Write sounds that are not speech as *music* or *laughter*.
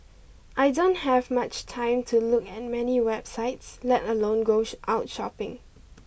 I don't have much time to look at many websites let alone go *unintelligible* out shopping